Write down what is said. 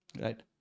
Right